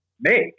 make